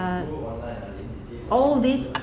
uh all these